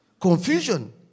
confusion